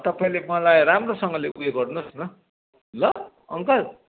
तपाईँले मलाई राम्रोसँगले उयो गर्नु होस् न ल अङ्कल